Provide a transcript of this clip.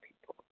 people